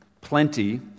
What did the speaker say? plenty